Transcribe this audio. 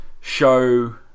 show